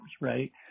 right